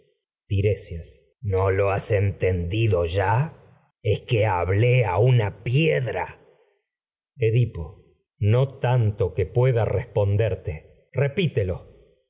no lo has entendido ya es que hablé una piedra tanto que edipo no pueda tú responderte el asesino repítelo